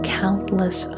countless